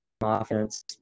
offense